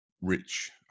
rich